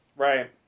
Right